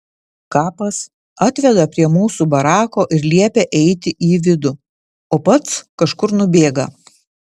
kapas atveda prie mūsų barako ir liepia eiti į vidų o pats kažkur nubėga